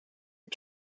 are